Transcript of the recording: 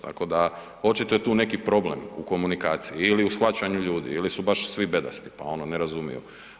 Tako da očito je tu neki problem u komunikaciji ili u shvaćanju ljudi ili su baš svi bedasti pa ono, ne razumiju.